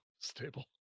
stable